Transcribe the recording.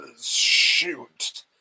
Shoot